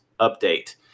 update